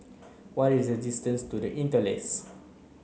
what is the distance to The Interlace